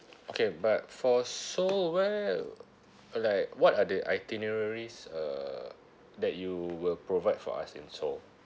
okay but for seoul well like what are the itineraries uh that you will provide for us in seoul